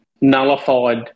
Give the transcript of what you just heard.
nullified